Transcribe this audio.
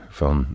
van